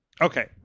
Okay